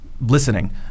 listening